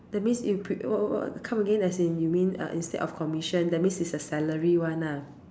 that means if what what what come again as in you mean uh instead of commission that means is the salary one lah mm